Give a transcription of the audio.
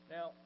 Now